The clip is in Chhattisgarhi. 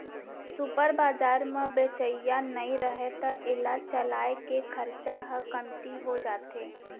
सुपर बजार म बेचइया नइ रहय त एला चलाए के खरचा ह कमती हो जाथे